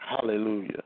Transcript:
Hallelujah